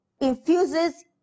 infuses